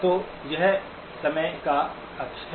तो यह समय का अक्ष है